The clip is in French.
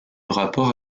rapport